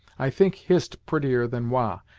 i think hist prettier than wah,